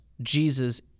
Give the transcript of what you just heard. Jesus